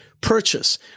purchase